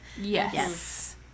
yes